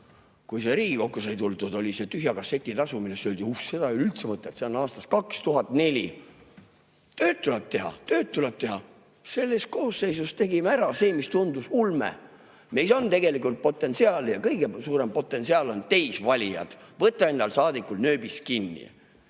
Kui siia Riigikokku sai tuldud, siis oli see tühja kasseti tasu, mille kohta öeldi, et uhh, ei ole üldse mõtet, see on aastast 2004. Tööd tuleb teha, tööd tuleb teha! Selles koosseisus tegime ära – selle, mis tundus ulme. Meis on tegelikult potentsiaali ja kõige suurem potentsiaal on teis, valijad. Võta enda saadikul nööbist kinni